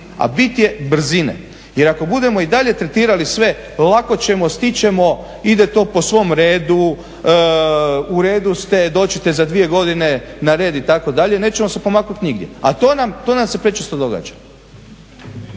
A bit je brzine. Jer ako budemo i dalje tretirali sve lako ćemo, stići ćemo, ide to po svom redu, u redu ste, doći ćete za dvije godine na red itd. nećemo se pomaknuti nigdje. A to nam se prečesto događa.